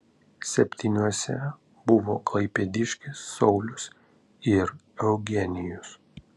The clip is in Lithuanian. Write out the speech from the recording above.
septyniuose buvo klaipėdiškis saulius ir eugenijus